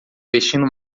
vestindo